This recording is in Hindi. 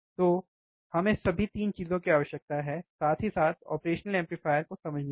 तो हमें सभी 3 चीजों की आवश्यकता है साथ ही साथ ऑपरेशनल एम्पलीफायर को समझने के लिए